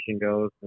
goes